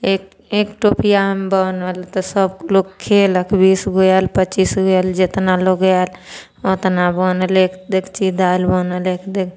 एक एक टोपियामे बनल तऽ सभलोक खेलक बीसगो आयल पचीसगो आयल जेतना लोग आयल ओतना बनलै एक देगची दालि बनलै एक दे